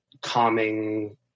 calming